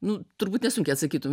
nu turbūt nesunkiai atsakytum